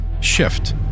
shift